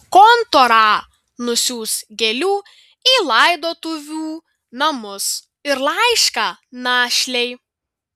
kontora nusiųs gėlių į laidotuvių namus ir laišką našlei